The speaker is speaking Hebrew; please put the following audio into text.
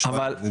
אז זה